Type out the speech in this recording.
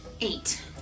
Eight